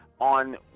on